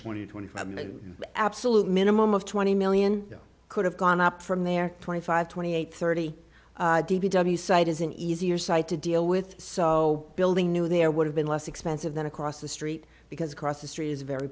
hundred twenty five million absolute minimum of twenty million could have gone up from there twenty five twenty eight thirty site is an easier site to deal with so building new there would have been less expensive than across the street because across the street is a very